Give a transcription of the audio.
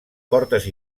portes